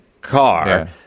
car